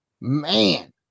man